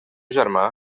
germà